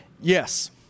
Yes